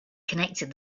connected